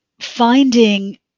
finding